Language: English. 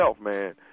man